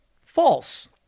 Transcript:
false